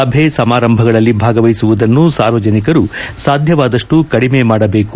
ಸಭೆ ಸಮಾರಂಭಗಳಲ್ಲಿ ಭಾಗವಹಿಸುವುದನ್ನು ಸಾರ್ವಜನಿಕರು ಸಾಧ್ಯವಾದಷ್ಟು ಕಡಿಮೆ ಮಾಡಬೇಕು